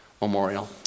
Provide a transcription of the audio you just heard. memorial